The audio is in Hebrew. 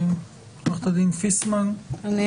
עו"ד פיסמן, בבקשה.